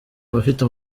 abafite